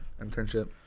Internship